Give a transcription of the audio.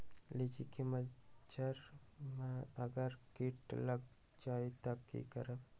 लिचि क मजर म अगर किट लग जाई त की करब?